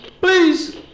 Please